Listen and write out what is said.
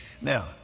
Now